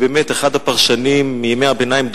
ובאמת אחד הפרשנים מימי הביניים,